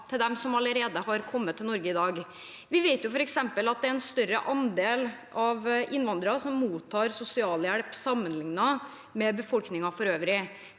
til dem som allerede er kommet til Norge i dag. Vi vet f.eks. at det er en større andel av innvandrere som mottar sosialhjelp, sammenlignet med befolkningen for øvrig.